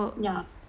yeah